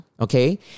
Okay